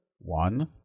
One